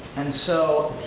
and so,